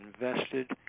invested